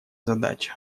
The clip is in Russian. задача